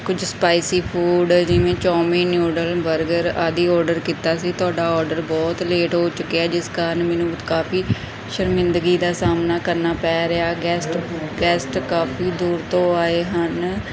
ਕੁਝ spicy food ਜਿਵੇਂ ਚੌਮੀ ਨਿਊਡਲ ਬਰਗਰ ਆਦਿ ਔਡਰ ਕੀਤਾ ਸੀ ਤੁਹਾਡਾ ਔਡਰ ਬਹੁਤ ਲੇਟ ਹੋ ਚੁੱਕਿਆ ਜਿਸ ਕਾਰਨ ਮੈਨੂੰ ਕਾਫ਼ੀ ਸ਼ਰਮਿੰਦਗੀ ਦਾ ਸਾਹਮਣਾ ਕਰਨਾ ਪੈ ਰਿਹਾ ਗੈਸਟ ਗੈਸਟ ਕਾਫ਼ੀ ਦੂਰ ਤੋਂ ਆਏ ਹਨ